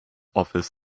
office